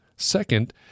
Second